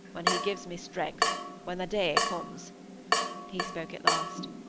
when he gives me strength when the day comes he spoke at last.